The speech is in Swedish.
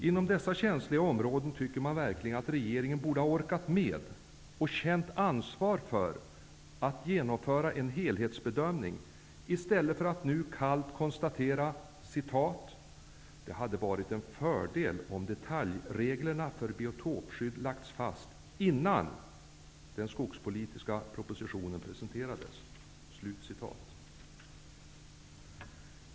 Inom dessa känsliga områden tycker man verkligen att regeringen borde orkat med och känt ansvar för att genomföra en helhetsbedömning i stället för att nu kallt konstatera: ''det hade varit en fördel om detaljreglerna för biotopskydd lagts fast innan den skogspolitiska propositionen presenterades''.